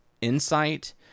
insight